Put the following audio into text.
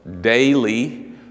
daily